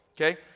Okay